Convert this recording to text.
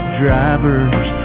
drivers